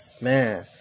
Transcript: man